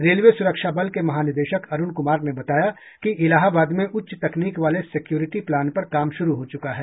railway सुरक्षा बल के महानिदेशक अरुण कुमार ने बताया कि इलाहाबाद में उच्च तकनीक वाले सिक्योरिटी प्लान पर काम शुरू हो चुका है